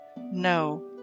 no